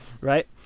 Right